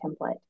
template